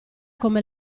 come